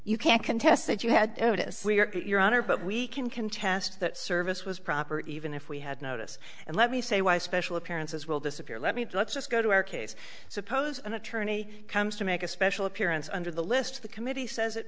you can't contest that you had your honor but we can contest that service was proper even if we had notice and let me say why special appearances will disappear let me let's just go to our case suppose an attorney comes to make a special appearance under the list of the committee says it